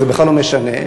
וזה בכלל לא משנה,